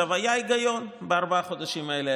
היה היגיון בארבעת החודשים האלה,